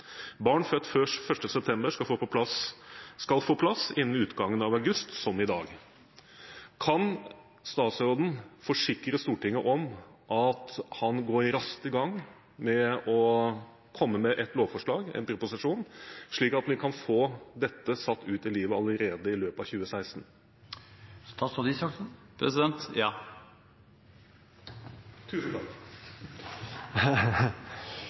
Barn født før 1. september skal få plass innen utgangen av august som i dag.» Kan statsråden forsikre Stortinget om at han går raskt i gang med et lovforslag, en proposisjon, slik at vi kan få satt dette ut i livet allerede i løpet av 2016? Ja. Tusen takk.